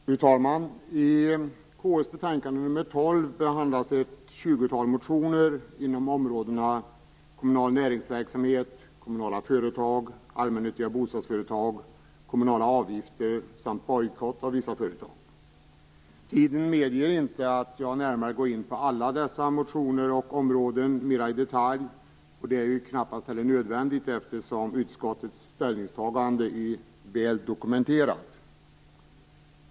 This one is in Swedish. Fru talman! I KU:s betänkande nr 12 behandlas ett tjugotal motioner inom områdena kommunal näringsverksamhet, kommunala företag, allmännyttiga bostadsföretag, kommunala avgifter samt bojkott av vissa företag. Taletiden medger inte att jag mera i detalj går in på alla motioner och områden, och det är knappast heller nödvändigt. Utskottets ställningstagande är ju väl dokumenterat.